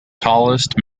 tallest